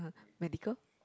medical